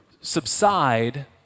subside